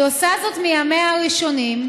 היא עושה זאת מימיה הראשונים,